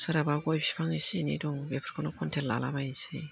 सोरहाबा गय बिफां एसे एनै दं बेखौनो कन्टेक्ट लाला बाइनोसै